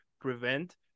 prevent